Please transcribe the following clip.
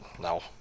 No